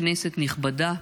כנסת נכבדה,